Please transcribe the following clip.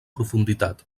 profunditat